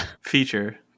feature